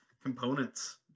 components